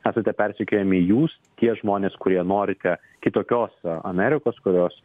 esate persekiojami jūs tie žmonės kurie norite kitokios amerikos kurios